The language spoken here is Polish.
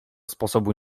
sposobu